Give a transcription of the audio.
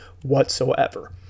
whatsoever